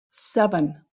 seven